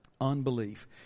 unbelief